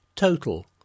Total